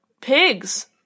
pigs